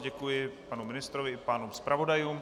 Děkuji panu ministrovi i pánům zpravodajům.